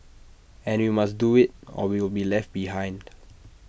and we must do IT or we'll be left behind